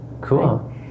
Cool